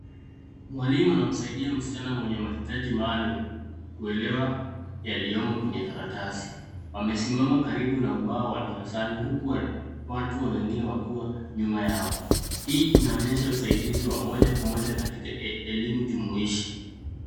Mwalimu anamsaidida msichana mwenye mahitaji maalum kuelewa yaliyomo kwenye karatasi . Wamesimama karibu na ubao wa darasani huku watu wengine wakiwa nyuma yao hii inaonyesha usaidizi wa moja kwa moja katika elimu jumuishi.